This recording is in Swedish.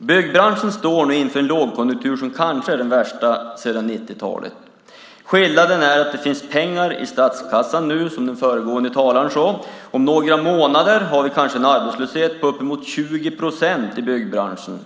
Byggbranschen står nu inför en lågkonjunktur som kanske är den värsta sedan 90-talet. Skillnaden är att det nu finns pengar i statskassan, som den föregående talaren sade. Om några månader har vi kanske en arbetslöshet på upp emot 20 procent i byggbranschen.